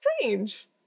strange